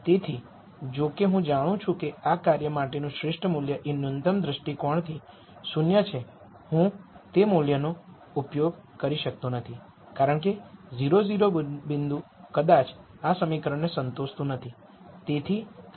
તેથી જો કે હું જાણું છું કે આ કાર્ય માટેનું શ્રેષ્ઠ મૂલ્ય એ ન્યૂનતમ દ્રષ્ટિકોણથી 0 છે હું તે મૂલ્યનો ઉપયોગ કરી શકતો નથી કારણ કે 0 0 બિંદુ કદાચ આ સમીકરણને સંતોષતું નથી